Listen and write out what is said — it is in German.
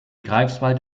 greifswald